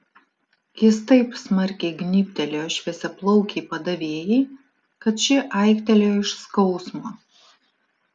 jis taip smarkiai gnybtelėjo šviesiaplaukei padavėjai kad ši aiktelėjo iš skausmo